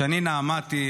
שני נעמתי,